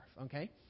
okay